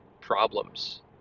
problems